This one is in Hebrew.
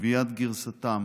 גביית גרסתם